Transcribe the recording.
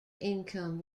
income